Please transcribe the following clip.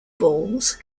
balls